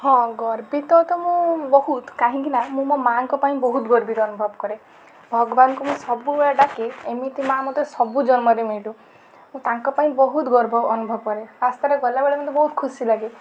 ହଁ ଗର୍ବିତ ତ ମୁଁ ବହୁତ କାହିଁକିନା ମୁଁ ମୋ ମାଆଙ୍କ ପାଇଁ ବହୁତ ଗର୍ବିତ ଅନୁଭବ କରେ ଭଗବାନଙ୍କୁ ମୁଁ ସବୁବେଳେ ଡାକେ ଏମିତି ମାଆ ମୋତେ ସବୁ ଜନ୍ମରେ ମିଳୁ ଓ ତାଙ୍କ ପାଇଁ ବହୁତ ଗର୍ବ ଅନୁଭବ କରେ ରାସ୍ତାରେ ଗଲାବେଳେ ମୋତେ ବହୁତ ଖୁସି ଲାଗେ